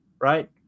right